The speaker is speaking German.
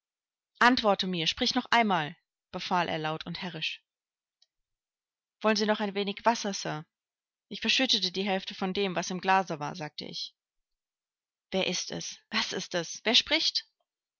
antworte mir sprich noch einmal befahl er laut und herrisch wollen sie noch ein wenig wasser sir ich verschüttete die hälfte von dem was im glase war sagte ich wer ist es was ist es wer spricht